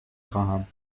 خواهم